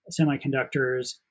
semiconductors